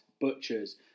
butchers